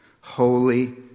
holy